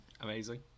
amazing